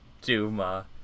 Duma